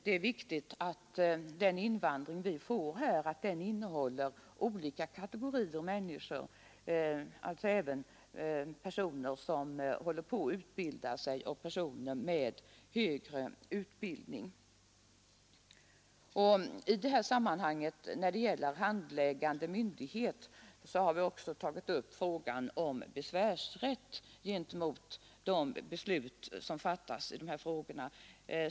Det är viktigt att det sker en invandring av olika kategorier människor, alltså även personer som håller på att utbilda sig och personer med högre utbildning. I samband med frågan om handläggande myndighet har vi också tagit upp besvärsrätten mot de beslut som fattas i dessa sammanhang.